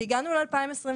והגענו ל-2022,